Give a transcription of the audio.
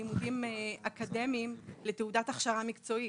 לימודים אקדמיים לתעודת הכשרה מקצועית.